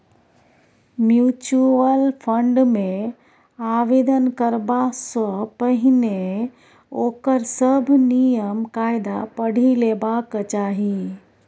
mutual fund मे आवेदन करबा सँ पहिने ओकर सभ नियम कायदा पढ़ि लेबाक चाही